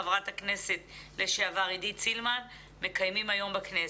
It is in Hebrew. חברת הכנסת לשעבר עידית סילמן מקיימים היום בכנסת.